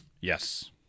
Yes